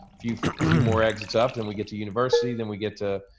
few few more exits up and we get to university then we get to,